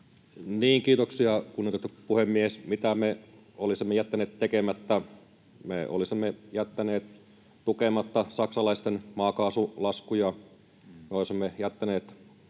Kiitoksia, kunnioitettu puhemies! Mitä me olisimme jättäneet tekemättä? Me olisimme jättäneet tukematta saksalaisten maakaasulaskuja, me olisimme jättäneet